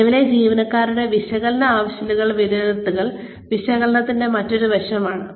നിലവിലെ ജീവനക്കാരുടെ പരിശീലന ആവശ്യങ്ങൾ വിലയിരുത്തൽ ആവശ്യ വിശകലനത്തിന്റെ മറ്റൊരു വശമാണ്